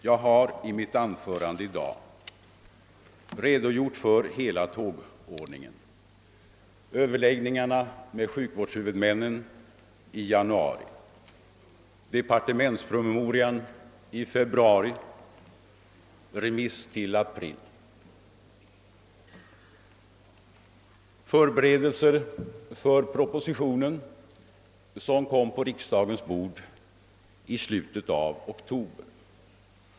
Jag har i mitt anförande i dag redogjort för hela tågordningen: överläggningarna med sjukvårdshuvudmännen i januari, departementspromemorian i februari, remissen till april, förberedelserna för propositionen, som lades på riksdagens bord i slutet av oktober.